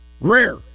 Rare